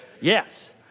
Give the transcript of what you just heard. Yes